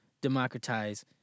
democratize